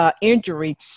injury